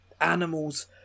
animals